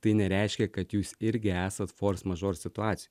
tai nereiškia kad jūs irgi esat fors mažor situacijoj